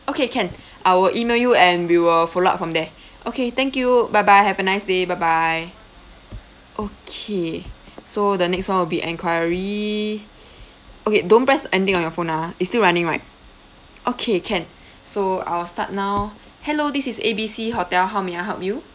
okay can I will email you and we will follow up from there okay thank you bye bye have a nice day bye bye okay so the next one will be enquiry okay don't press anything on your phone ah it's still running right okay can so I'll start now hello this is A B C hotel how may I help you